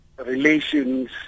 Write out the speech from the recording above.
relations